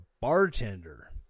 bartender